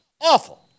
Awful